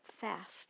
fast